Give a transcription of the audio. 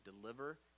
deliver